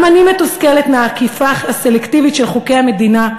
גם אני מתוסכלת מהאכיפה הסלקטיבית של חוקי המדינה,